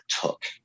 Took